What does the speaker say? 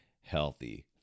healthy